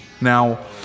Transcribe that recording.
Now